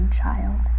child